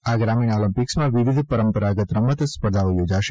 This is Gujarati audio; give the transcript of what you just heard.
આ ગ્રામિણ ઓલમ્પિક્સમાં વિવિધ પરંપરાગત રમત સ્પર્ધાઓ યોજાશે